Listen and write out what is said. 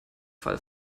falle